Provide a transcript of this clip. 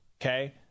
Okay